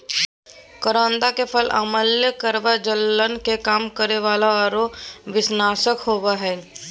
करोंदा के फल अम्लीय, कड़वा, जलन के कम करे वाला आरो विषनाशक होबा हइ